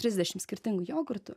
trisdešim skirtingų jogurtų